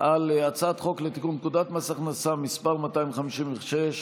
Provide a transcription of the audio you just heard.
על הצעת חוק לתיקון פקודת מס הכנסה (מס' 256),